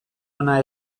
ona